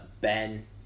Ben